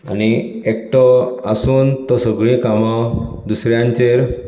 आनी एकटो आसून तो सगळीं कामा दुसऱ्यांचेर